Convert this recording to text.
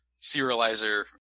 serializer